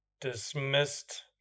dismissed